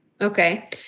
Okay